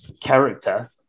character